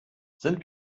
sind